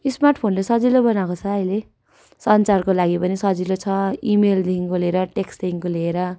smart फोनले सजिलो बनाएको छ अहिले सञ्चारको लागि पनि सजिलो छ ई मेलदिखिको लिएर टेक्स्टदेखिको लिएर